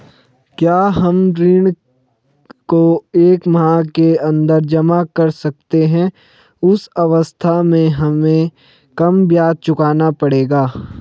क्या हम ऋण को एक माह के अन्दर जमा कर सकते हैं उस अवस्था में हमें कम ब्याज चुकाना पड़ेगा?